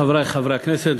חברי חברי הכנסת,